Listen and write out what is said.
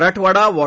मराठवाडा वॉ